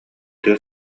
тыа